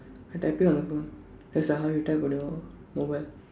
I typing on my phone just like how your type on your mobile